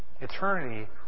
Eternity